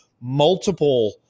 multiple